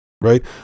right